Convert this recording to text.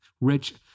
Rich